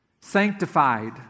sanctified